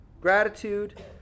gratitude